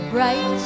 Bright